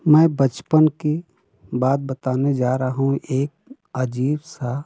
मै बचपन की बात बताने जा रहा हूँ एक अजीब सा